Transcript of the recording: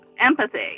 empathy